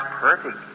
perfect